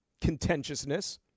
contentiousness